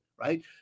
right